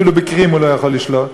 אפילו בקרים הוא לא יכול לשלוט,